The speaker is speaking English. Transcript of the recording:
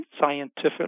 scientifically